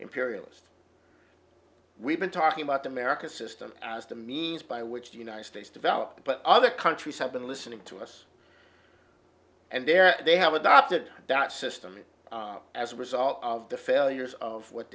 imperialist we've been talking about the american system as the means by which the united states developed but other countries have been listening to us and there they have adopted that system and as a result of the failures of what